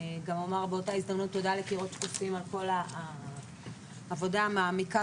אני גם אומר באותה הזדמנות תודה ל'קירות שקופים' על כל העבודה המעמיקה